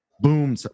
Boom